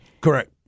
Correct